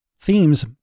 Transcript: themes